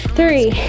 Three